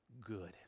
good